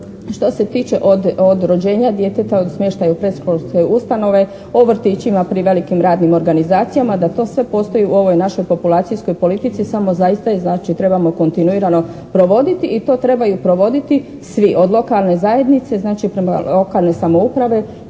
što se tiče od rođenja djeteta i smještaja u predškolske ustanove, o vrtićima pri velikim radnim organizacijama, da to sve postoji u ovoj našoj populacijskoj politici samo zaista je znači trebamo kontinuirano provoditi i to trebaju provoditi svi od lokane zajednice znači prema lokalnoj samoupravi